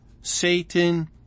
Satan